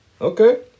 Okay